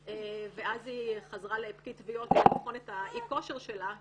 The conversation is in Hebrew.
ואז היא חזרה לפקיד תביעות שיבחן את אי הכושר שלה,